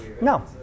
No